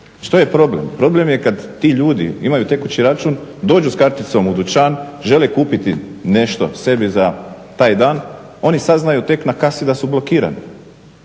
Što je problem? Problem je kad ti ljudi imaju tekući račun, dođu s karticom u dućan, žele kupiti nešto sebi za taj dan, oni saznaju tek na kasi da su blokirani,